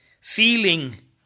feeling